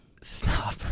Stop